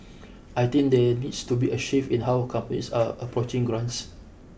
I think there needs to be a shift in how companies are approaching grants